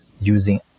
using